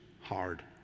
hard